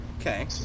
Okay